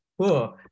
cool